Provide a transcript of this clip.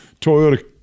Toyota